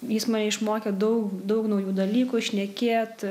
jis mane išmokė daug daug naujų dalykų šnekėt